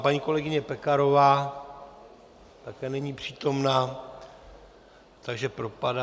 Paní kolegyně Pekarová také není přítomna, takže propadá.